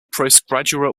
postgraduate